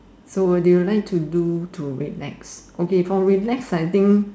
so what do you like to do to relax okay for relax I think